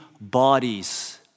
bodies